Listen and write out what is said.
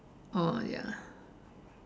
oh ya